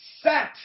set